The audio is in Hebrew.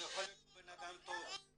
שיכול להיות שהוא בנאדם טוב,